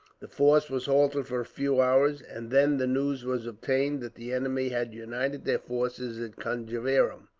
the force was halted for a few hours, and then the news was obtained that the enemy had united their forces at conjeveram,